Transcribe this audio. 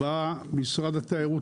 בא משרד התיירות,